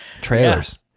trailers